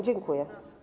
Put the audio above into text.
Dziękuję.